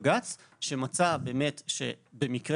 ועל זה נוהל ההליך המשפטי בבג"ץ שמצא שבמקרה